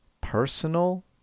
personal